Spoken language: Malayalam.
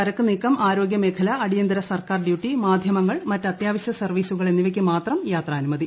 ചരക്ക് നീക്കം ആരോഗ്യമേഖല അടിയന്തിര സർക്കാർ ഡ്യൂട്ടി മാധ്യമങ്ങൾ മറ്റ് അത്യാവശ്യ സർവീസുകൾ എന്നിവയ്ക്ക് മാത്രം യാത്രാനുമതി